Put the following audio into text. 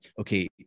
okay